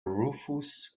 rufous